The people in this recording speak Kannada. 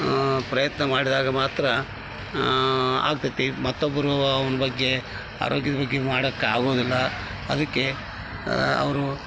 ಪ್ರಯತ್ನ ಮಾಡಿದಾಗ ಮಾತ್ರ ಆಗ್ತೈತಿ ಮತ್ತೊಬ್ಬರು ಅವ್ನ ಬಗ್ಗೆ ಆರೋಗ್ಯದ ಬಗ್ಗೆ ಮಾಡಕ್ಕಾಗೋದಿಲ್ಲ ಅದಕ್ಕೆ ಅವರು